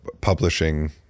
publishing